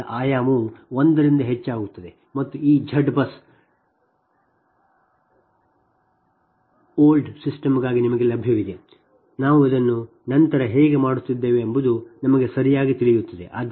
ಆದ್ದರಿಂದ ಆಯಾಮವು ಒಂದರಿಂದ ಹೆಚ್ಚಾಗುತ್ತದೆ ಮತ್ತು ಈ Z BUS OLD ಸಿಸ್ಟಮ್ಗಾಗಿ ನಿಮಗೆ ಲಭ್ಯವಿದೆ ನಾವು ಅದನ್ನು ನಂತರ ಹೇಗೆ ಮಾಡುತ್ತಿದ್ದೇವೆ ಎಂಬುದು ನಮಗೆ ಸರಿಯಾಗಿ ತಿಳಿಯುತ್ತದೆ